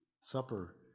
Supper